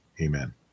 Amen